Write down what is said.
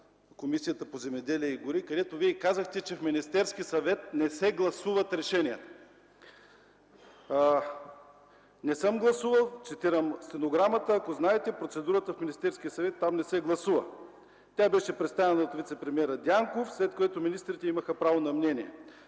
Комисията по земеделието и горите, където Вие казахте, че в Министерския съвет не се гласуват решения. Цитирам стенограмата: „Не съм гласувал. Ако знаете процедурата в Министерския съвет, там не се гласува. Тя беше представена от вицепремиера Дянков, след което министрите имаха право на мнение.